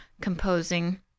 composing